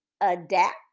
adapt